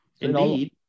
Indeed